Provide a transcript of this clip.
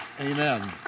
amen